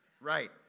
Right